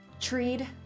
treed